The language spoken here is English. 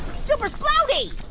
super splody.